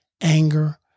anger